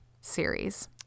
series